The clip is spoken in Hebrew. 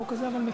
החוק הזה מקל.